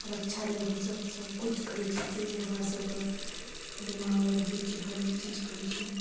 रक्षा लेल हमसब सबकिछु करै छी जे जे हमरा सबके दिमागमे रहै छै हरेक चीज करै छी